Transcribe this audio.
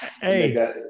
Hey